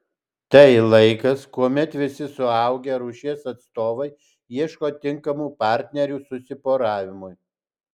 tai laikas kuomet visi suaugę rūšies atstovai ieško tinkamų partnerių susiporavimui